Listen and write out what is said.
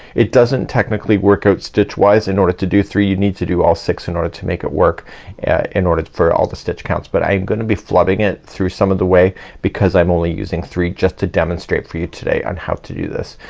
it doesn't technically work out stitch wise in order to do three you need to do all six in order to make it work in order for all the stitch counts. but i'm gonna be flubbing it through some of the way because i'm only using three just to demonstrate for you today on how to do this.